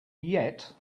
yet